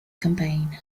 campaign